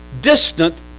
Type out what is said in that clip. distant